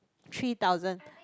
three thousand